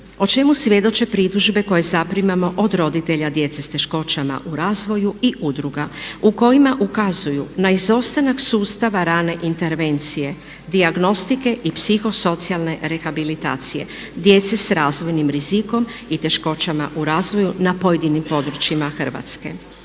o čemu svjedoče pritužbe koje zaprimamo od roditelja djece s teškoćama u razvoju i udruga u kojima ukazuju na izostanak sustava rane intervencije, dijagnostike i psihosocijalne rehabilitacije djece s razvojnim rizikom i teškoćama u razvoju na pojedinim područjima Hrvatske.